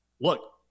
look